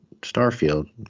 Starfield